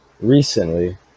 recently